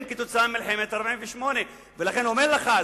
הם כתוצאה ממלחמת 48'. לכן אני אומר לך,